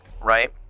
right